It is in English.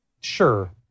Sure